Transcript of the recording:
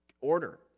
order